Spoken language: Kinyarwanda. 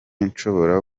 nshobora